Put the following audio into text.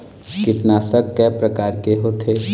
कीटनाशक कय प्रकार के होथे?